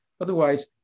otherwise